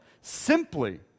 simply